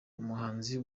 umuhanzi